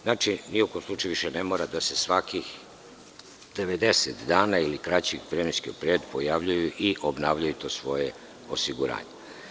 Znači, ni u kom slučaju ne mora više da se svakih 90 dana ili kraći vremenski period pojavljuju i obnavljaju to svoje osiguranje.